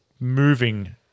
Moving